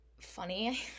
funny